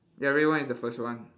ya red one is the first one